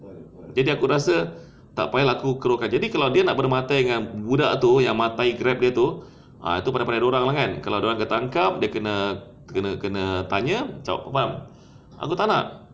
jadi aku rasa tak payah lah aku teruskan jadi kalau dia nak bermatair dengan budak tu yang matair grab dia tu ah itu pandai-pandai dia orang lah kan kalau dia orang kena tangkap dia kena kena kena tanya dia jawab kau faham aku tak nak